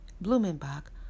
Blumenbach